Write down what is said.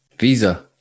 Visa